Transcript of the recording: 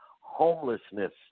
homelessness